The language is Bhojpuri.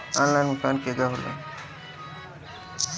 आनलाइन भुगतान केगा होला?